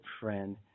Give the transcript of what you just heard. friend